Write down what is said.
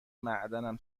معدنم